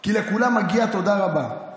כי לכולם מגיעה תודה רבה,